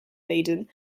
baden